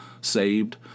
saved